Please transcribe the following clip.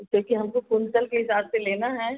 क्यूंकि हमको कुंटल के हिसाब से लेना है